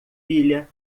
pilha